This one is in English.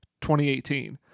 2018